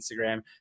Instagram